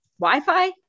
Wi-Fi